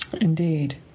Indeed